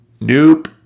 Nope